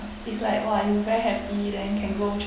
it's like !wah! I'm very happy then can go